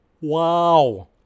Wow